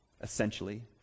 Essentially